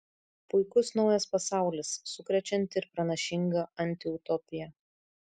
puikus naujas pasaulis sukrečianti ir pranašinga antiutopija